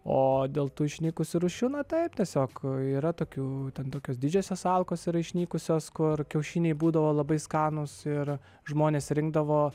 o dėl tų išnykusių rūšių na taip tiesiog yra tokių ten tokios didžiosios alkos yra išnykusios kur kiaušiniai būdavo labai skanūs ir žmonės rinkdavo